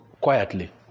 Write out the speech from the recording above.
quietly